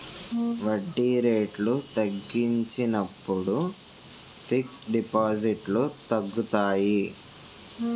వడ్డీ రేట్లు తగ్గించినప్పుడు ఫిక్స్ డిపాజిట్లు తగ్గుతాయి